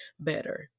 better